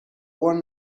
one